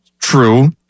True